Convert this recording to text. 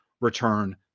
return